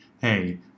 Hey